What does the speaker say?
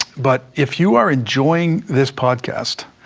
but if you are enjoying this podcast,